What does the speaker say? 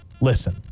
listen